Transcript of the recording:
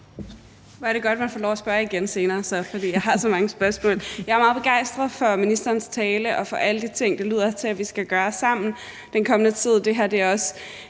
Jeg er meget begejstret for ministerens tale og for alle de ting, det lyder til at vi skal gøre sammen i den kommende tid.